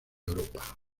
europa